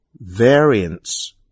Variance